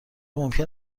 ممکن